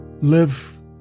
live